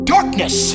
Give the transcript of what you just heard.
Darkness